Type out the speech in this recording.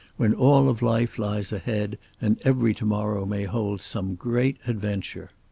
when all of life lies ahead and every to-morrow may hold some great adventure.